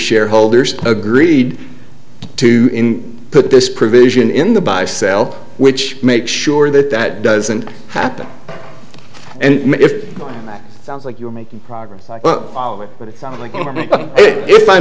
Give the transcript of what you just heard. shareholders agreed to put this provision in the buy sell which make sure that that doesn't happen and it sounds like you're making progress but it sounds like it i